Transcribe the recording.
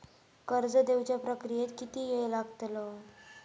कर्ज देवच्या प्रक्रियेत किती येळ लागतलो?